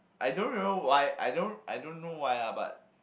I don't remember why I don't I don't know why lah but